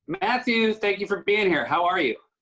matthew, thank you for being here. how are you?